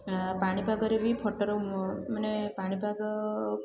ପାଣିପାଗରେ ବି ଫଟୋର ମାନେ ପାଣିପାଗ